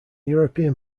european